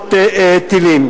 מתקפות טילים.